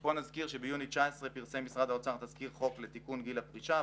ופה נזכיר שביוני 2019 פרסם משרד האוצר תזכרי חוק לתיקון גיל הפרישה.